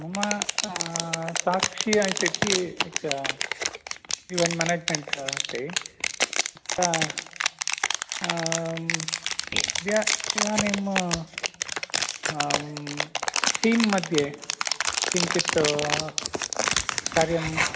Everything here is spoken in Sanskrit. मम साक्षी इति एकम् इवेण्ट् मेनेज़्मेण्ट् अस्ति इदानीं टीं मध्ये किञ्चित् कार्यं